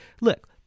Look